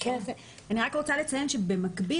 אני רק רוצה לציין שבמקביל,